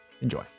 Enjoy